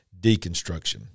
deconstruction